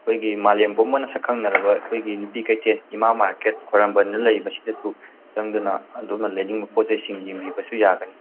ꯑꯩꯈꯣꯏꯒꯤ ꯃꯥꯂꯦꯝ ꯄꯨꯝꯕꯅ ꯁꯛꯈꯪꯅꯔꯕ ꯑꯩꯈꯣꯏꯒꯤ ꯅꯨꯄꯤ ꯀꯩꯊꯦꯜ ꯏꯃꯥ ꯃꯥꯔꯀꯦꯠ ꯈ꯭ꯋꯥꯏꯔꯝꯕꯟꯗ ꯂꯩꯔꯤꯕꯁꯤꯗꯁꯨ ꯆꯪꯗꯨꯅ ꯑꯗꯣꯝꯅ ꯂꯩꯅꯤꯡꯕ ꯄꯣꯠꯆꯩꯁꯤꯡ ꯌꯦꯡꯕꯤꯕꯁꯨ ꯌꯥꯒꯅꯤ